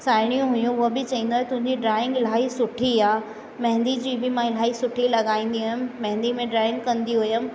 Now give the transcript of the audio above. साहेड़ियूं हुयूं उहे बि चवंदा हुआ तुंहिंजी ड्राइंग इलाही सुठी आहे मेंदी जी बि मां इलाही सुठी लॻाईंदी हुअमि मेंदी में ड्राइंग कंदी हुअमि